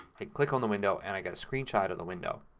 click on the window and i get a screen shot of the window.